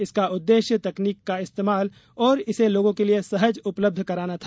इसका उद्देश्यथ तकनीक का इस्तेमाल और इसे लोगों के लिए सहज उपलब्ध कराना था